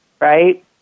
right